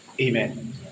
Amen